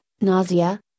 nausea